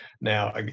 now